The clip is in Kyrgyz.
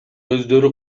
өздөрү